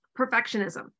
Perfectionism